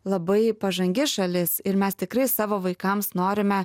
labai pažangi šalis ir mes tikrai savo vaikams norime